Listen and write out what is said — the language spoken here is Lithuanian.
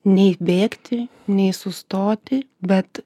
nei bėgti nei sustoti bet